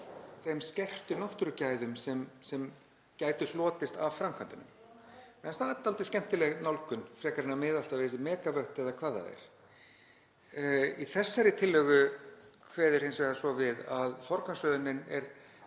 þeim skertu náttúrugæðum sem gætu hlotist af framkvæmdunum. Mér finnst það dálítið skemmtileg nálgun, frekar en að miða alltaf við megavött eða hvað það er. Í þessari tillögu kveður hins vegar svo við að forgangsröðunin er